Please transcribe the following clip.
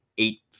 eight